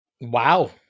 Wow